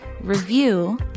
review